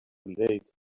relate